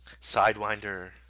Sidewinder